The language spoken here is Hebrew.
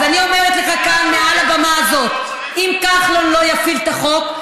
אז אני אומרת לך כאן מעל הבמה הזאת: אם כחלון לא יפעיל את החוק,